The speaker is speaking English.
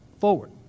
Forward